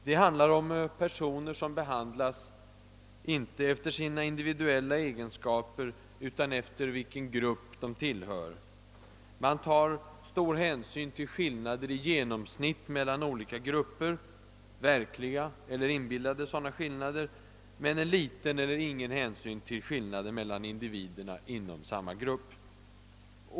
Det handlar om personer som behandlas, inte efter sina individuella egenskaper, utan efter vilken grupp de tillhör. Man tar stor hänsyn till skillnader i genomsnitt mellan olika grupper — verkliga eller inbillade skillnader — men liten eller ingen hänsyn till skillnader mellan individer i samma grupp.